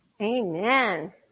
Amen